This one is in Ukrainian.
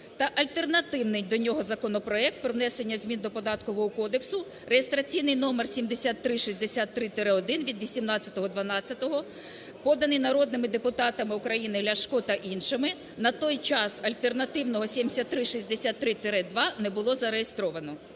та альтернативний до нього законопроект про внесення змін до Податкового кодексу (реєстраційний номер 7363-1) від 18.12, поданий народними депутатами України Ляшко та іншими, на той час альтернативного 7363-2 не було зареєстровано.